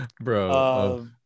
Bro